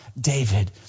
David